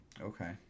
Okay